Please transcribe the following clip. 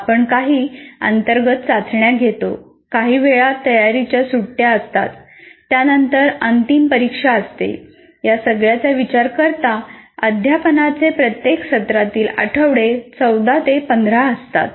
आपण काही अंतर्गत चाचण्या घेतो काहीवेळा तयारीच्या सुट्ट्या असतात त्यानंतर अंतिम परीक्षा असते या सगळ्याचा विचार करता अध्यापनाचे प्रत्येक सत्रातील आठवडे 14 ते 15 असतात